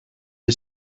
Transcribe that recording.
you